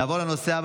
נעבור לנושא הבא